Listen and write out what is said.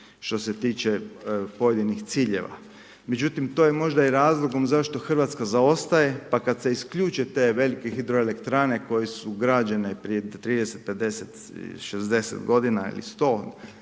što se tiče pojedinih ciljeva. Međutim, to je možda i razlogom zašto Hrvatska zaostaje, pa kada se isključe te velike hidroelektrane koje su građene prije 30, 50, 60 g. ili 100 imamo